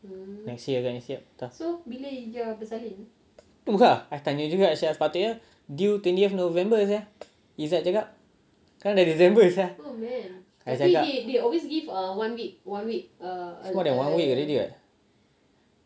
next year agaknya siap entah itu lah I tanya juga sepatutnya due twentieth november sia izzad cakap sekarang dah december sia I cakap more than one week already [what]